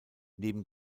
neben